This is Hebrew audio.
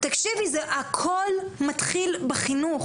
זה הכל מתחיל בחינוך.